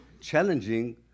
challenging